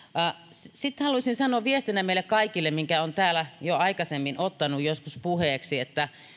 sitten haluaisin sanoa viestinä meille kaikille minkä olen täällä jo aikaisemmin ottanut joskus puheeksi että